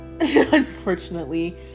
unfortunately